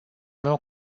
meu